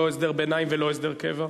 לא הסדר ביניים ולא הסדר קבע?